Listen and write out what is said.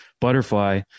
butterfly